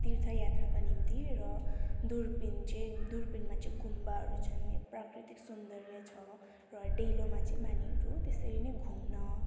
तीर्थ यात्राका निम्ति र दुर्पिन चाहिँ दुर्पिनमा चाहिँ गुम्बाहरू छन् प्राकृतिक सौन्दर्य छ र डेलोमा चाहिँ मानिसहरू त्यसरी नै घुम्न